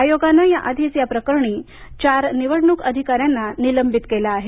आयोगानं याआधीच या प्रकरणी चार निवडणूक अधिकाऱ्यांना निलंबित केलं आहे